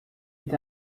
est